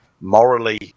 morally